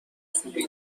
خوبی